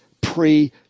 pre